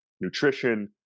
nutrition